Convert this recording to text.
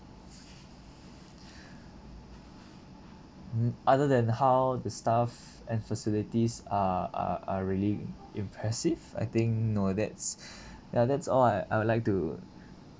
mm other than how the staff and facilities are are are really impressive I think no that's ya that's all I I would like to